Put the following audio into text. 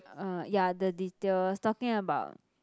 uh ya the details talking about